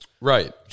Right